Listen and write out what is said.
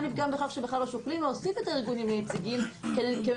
לפגם בכך שבכלל לא שוקלים להוסיף את הארגונים היציגים כנציגים.